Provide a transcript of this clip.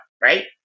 right